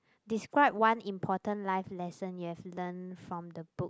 describe one important life lesson you have learnt from the books